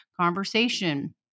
conversation